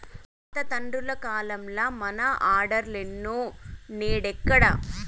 మా తాత తండ్రుల కాలంల మన ఆర్డర్లులున్నై, నేడెక్కడ